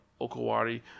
Okawari